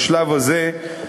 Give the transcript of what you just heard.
בשלב הזה,